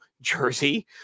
jersey